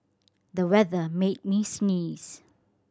the weather made me sneeze